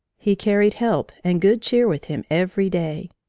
he carried help and good cheer with him every day.